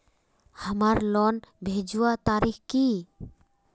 हमार लोन भेजुआ तारीख की?